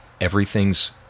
everything's